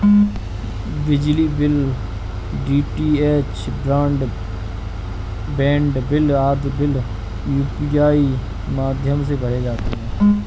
बिजली bill, DTH broadband bill आदि bill UPI माध्यम से भरे जा सकते हैं